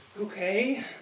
Okay